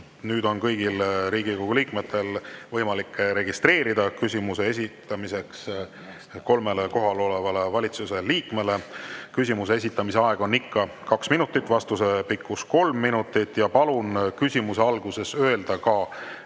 Nüüd on kõigil Riigikogu liikmetel võimalik registreeruda küsimuse esitamiseks kolmele kohal olevale valitsuse liikmele. Küsimuse esitamise aeg on ikka kaks minutit, vastuse pikkus kolm minutit. Palun küsimuse alguses öelda ka,